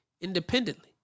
independently